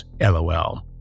lol